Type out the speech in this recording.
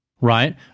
right